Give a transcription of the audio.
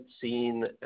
seen